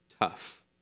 tough